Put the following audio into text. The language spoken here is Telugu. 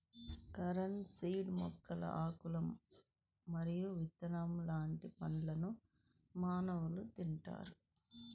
క్యారమ్ సీడ్స్ మొక్కల ఆకులు మరియు విత్తనం లాంటి పండ్లను మానవులు తింటారు